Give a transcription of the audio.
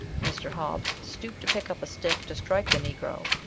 mr. hobbs stooped to pick up a stick to strike the negro,